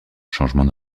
changement